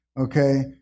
okay